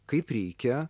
kaip reikia